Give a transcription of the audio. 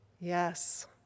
Yes